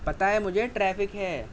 پتہ ہے مجھے ٹریفک ہے